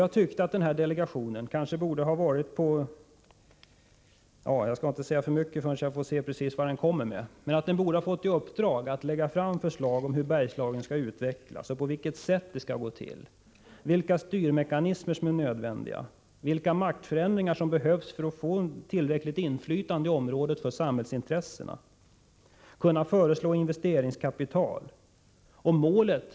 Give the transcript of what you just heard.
Jag tycker att delegationen kanske borde ha fått i uppdrag att — jag skall inte säga för mycket förrän jag får se precis vad delegationen kommer med - lägga fram förslag om hur Bergslagen skall utvecklas och på vilket sätt det skall ske. Man borde ange vilka styrmekanismer som är nödvändiga, vilka maktförändringar som behövs för att samhällsintressena skall få tillräckligt inflytande i området. Delegationen borde också kunna föreslå att det skall ställas investeringskapital till förfogande.